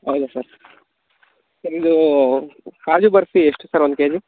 ಹೌದ sir sir ಇದು ಕಾಜು ಬರ್ಫಿ ಎಷ್ಟು ಸರ್ ಒಂದು ಕೆಜಿ